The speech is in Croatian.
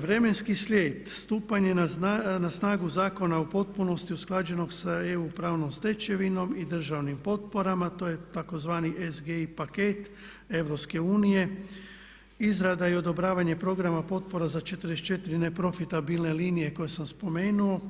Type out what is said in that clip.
Vremenski slijed, stupanje na snagu Zakona u potpunosti usklađenog sa EU pravnom stečevinom i državnim potporama, to je tzv. … paket, Europske unije, izrada i odobravanje programa potpora za 44 neprofitabilne linije koje sam spomenuo